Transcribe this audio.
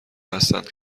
هستند